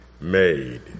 made